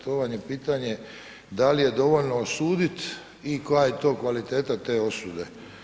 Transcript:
To vam je pitanje da li je dovoljno osuditi i koja je to kvaliteta te osude.